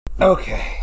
Okay